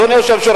אדוני היושב-ראש,